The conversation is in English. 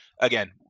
again